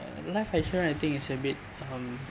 uh life insurance I think it's a bit um